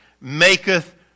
maketh